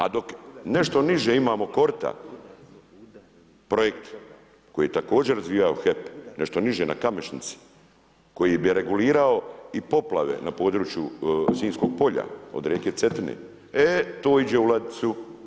A dok nešto niže imamo korita, projekt koji također razvija HEP nešto niže na kamešnici, koji bi regulirao i poplave na području sinjskog polja, od rijeke Cetine, e to iđe u ladicu.